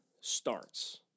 starts